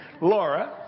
Laura